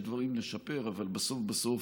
יש דברים לשפר, אבל בסוף בסוף,